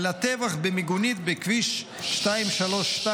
על הטבח במיגונית בכביש 232,